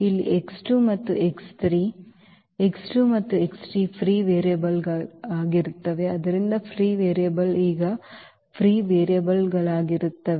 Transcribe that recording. ಇಲ್ಲಿ ಮತ್ತು ಮತ್ತು ಫ್ರೀ ವೇರಿಯೇಬಲ್ಗಳಾಗಿರುತ್ತವೆ ಆದ್ದರಿಂದ ಫ್ರೀ ವೇರಿಯೇಬಲ್ಗಳು ಈಗ ಫ್ರೀ ವೇರಿಯೇಬಲ್ಗಳಾಗಿರುತ್ತವೆ